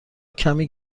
کمی